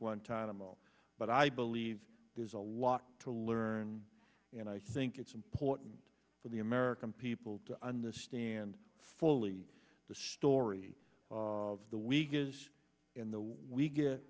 guantanamo but i believe there's a lot to learn and i think it's important for the american people to understand fully the story of the week is in the way we get